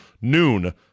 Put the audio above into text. noon